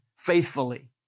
Faithfully